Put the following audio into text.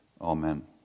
amen